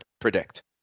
predict